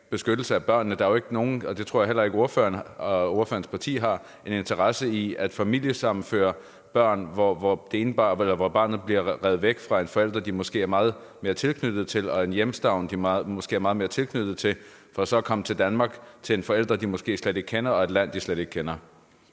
beskyttelsen af børnene. Der er jo ikke nogen, og det tror jeg heller ikke ordføreren eller ordførerens parti har, der har en interesse i at familiesammenføre børn, hvor barnet bliver revet væk fra en forælder, det måske er meget mere tilknyttet til, og en hjemstavn, det måske er meget mere tilknyttet til, for så at komme til Danmark til en forælder, det måske slet ikke kender, og et land, det slet ikke kender.